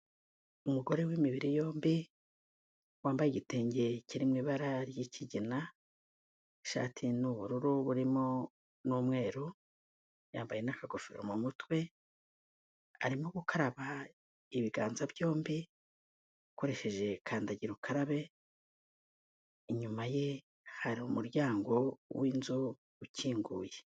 Umugore w'imibiri yombi, wambaye igitenge kiri mu ibara ry'ikigina, ishati ni ubururu burimo n'umweru, yambaye n'akagofero mu mutwe, arimo gukaraba ibiganza byombi akoresheje kandagirukarabe, inyuma ye hari umuryango w'inzu ukinguye.